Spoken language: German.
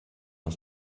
aus